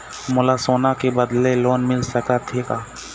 मोला सोना के बदले लोन मिल सकथे का?